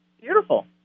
Beautiful